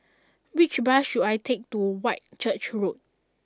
which bus should I take to Whitchurch Road